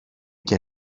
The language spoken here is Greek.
και